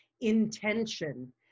intention